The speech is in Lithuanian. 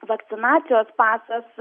vakcinacijos pasas